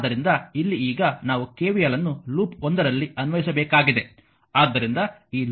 ಆದ್ದರಿಂದ ಇಲ್ಲಿ ಈಗ ನಾವು KVL ಅನ್ನು ಲೂಪ್ ಒಂದರಲ್ಲಿ ಅನ್ವಯಿಸಬೇಕಾಗಿದೆ